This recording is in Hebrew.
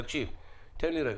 תן לי רגע,